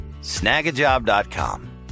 Snagajob.com